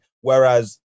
Whereas